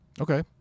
Okay